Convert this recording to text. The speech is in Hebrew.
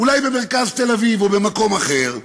אולי במרכז תל-אביב או במקום אחר,